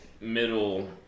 middle